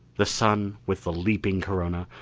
the sun with the leaping corona,